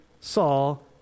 Saul